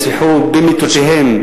נרצחו במיטותיהם.